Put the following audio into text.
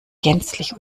gänzlich